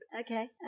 okay